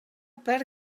per